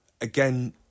again